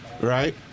right